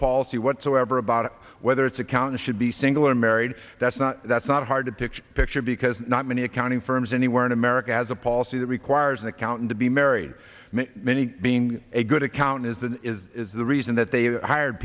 policy whatsoever about whether its accounts should be single or married that's not that's not hard to picture a picture because not many accounting firms anywhere in america has a policy that requires an accountant to be married many being a good account is that is the reason that they hired